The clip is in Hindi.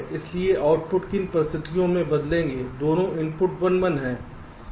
इसलिए आउटपुट किन परिस्थितियों में बदलेंगे दोनों इनपुट 1 1 हैं